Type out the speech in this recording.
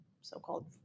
so-called